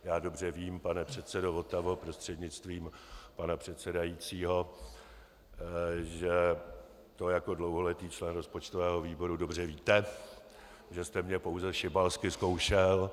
Já dobře vím, pane předsedo Votavo prostřednictvím pana předsedajícího, že to jako dlouholetý člen rozpočtového výboru dobře víte, že jsme mě pouze šibalsky zkoušel.